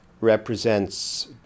represents